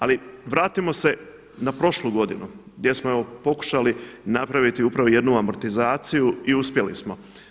Ali vratimo se na prošlu godinu gdje smo evo pokušali napraviti upravo jednu amortizaciju i uspjeli smo.